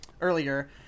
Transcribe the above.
earlier